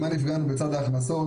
במה נפגענו בצד ההכנסות.